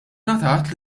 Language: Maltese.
ngħatat